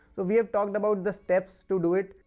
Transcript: we have talked about the steps to do it,